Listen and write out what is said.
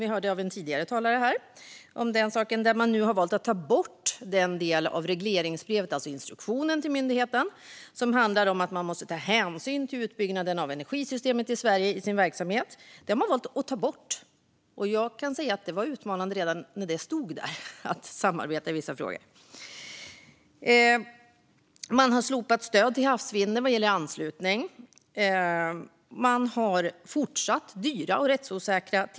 Vi hörde från en tidigare talare att man har valt att ta bort den del av regleringsbrevet, alltså instruktionen till myndigheten, som handlar om att ta att de måste hänsyn till utbyggnaden av energisystemet i Sverige i sin verksamhet. Det var utmanande att samarbeta i vissa frågor redan när det stod där. Man har också slopat stöd till havsvinden vad gäller anslutning. Och tillståndsprocesserna är fortsatt dyra och rättsosäkra.